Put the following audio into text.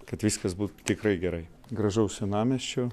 kad viskas būtų tikrai gerai gražaus senamiesčio